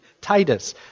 Titus